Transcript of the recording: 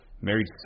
married